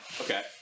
Okay